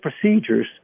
procedures